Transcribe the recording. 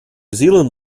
zealand